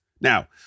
Now